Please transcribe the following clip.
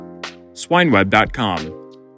SwineWeb.com